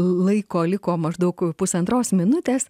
laiko liko maždaug pusantros minutės